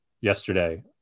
yesterday